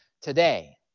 today